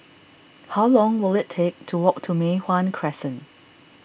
how long will it take to walk to Mei Hwan Crescent